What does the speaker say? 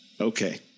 Okay